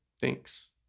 thanks